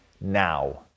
now